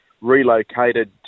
relocated